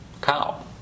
Cow